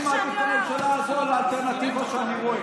אני מעדיף את הממשלה הזאת על האלטרנטיבות שאני רואה.